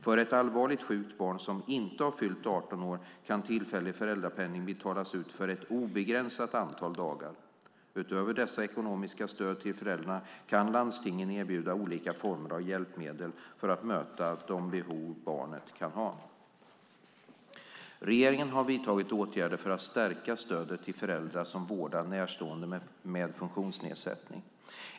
För ett allvarligt sjukt barn som inte har fyllt 18 år kan tillfällig föräldrapenning betalas ut för ett obegränsat antal dagar. Utöver dessa ekonomiska stöd till föräldrarna kan landstingen erbjuda olika former av hjälpmedel för att möta de behov barnet kan ha. Regeringen har vidtagit åtgärder för att stärka stödet till föräldrar som vårdar närstående med funktionsnedsättning.